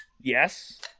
Yes